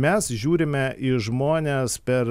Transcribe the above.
mes žiūrime į žmones per